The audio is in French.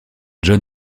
john